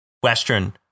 Western